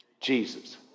Jesus